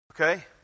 Okay